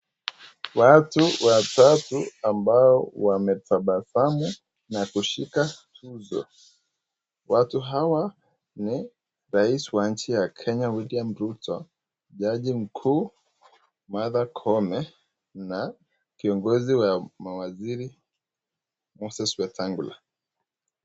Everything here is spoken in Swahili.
Watu watatu ambao wametabasamu na kushika uso, watu hawa ni rais wa nchi ya kenya William Ruto, jaji mkuu Martha koome na kiongozi wa mawaziri Moses wetangula.